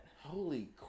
holy